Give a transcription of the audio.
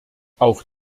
auch